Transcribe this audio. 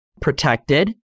protected